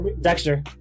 Dexter